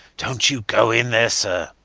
dont you go in there, sir.